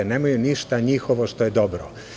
Nemaju ništa njihovo što je dobro.